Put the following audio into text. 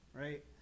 Right